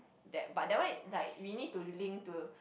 that but that one like we need to link to